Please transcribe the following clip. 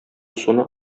суны